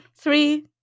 Three